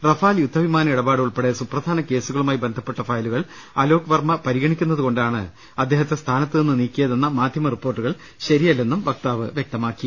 Rafale യുദ്ധവിമാന ഇടപാട് ഉൾപ്പെടെ സുപ്രധാന കേസുകളുമായി ബന്ധപ്പെട്ട ഫയലുകൾ അലോ ക്വർമ്മ പരിഗണിക്കുന്നതുകൊണ്ടാണ് അദ്ദേഹത്തെ സ്ഥാനത്തുനിന്ന് നീക്കിയ തെന്ന മാധ്യമറിപ്പോർട്ടുകൾ ശരിയല്ലെന്നും വക്താവ് വ്യക്തമാക്കി